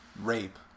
rape